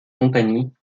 compagnie